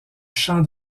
chant